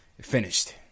finished